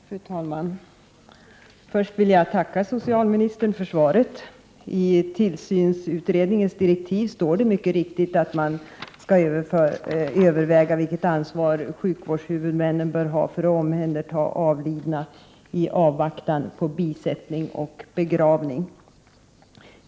Fru talman! Först vill jag tacka socialministern för svaret. I tillsynsutredningens direktiv står det mycket riktigt att man skall överväga vilket ansvar sjukvårdshuvudmännen bör ha för att omhänderta avlidna i avvaktan på bisättning och begravning.